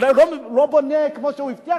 אולי הוא לא בונה כמו שהוא הבטיח,